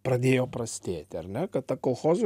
pradėjo prastėti ar ne kad ta kolchozų